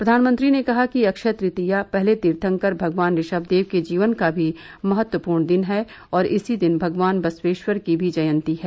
प्रधानमंत्री ने कहा कि अक्षय तृतीया पहले तीर्थंकर भगवान ऋषभदेव के जीवन का भी महत्वपूर्ण दिन है और इसी दिन भगवान बसवेश्वर की भी जयंती है